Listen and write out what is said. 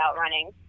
running